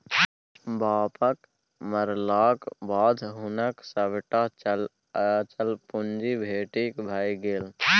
बापक मरलाक बाद हुनक सभटा चल अचल पुंजी बेटीक भए गेल